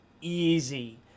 easy